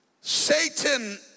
Satan